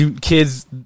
Kids